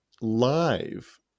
live